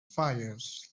fires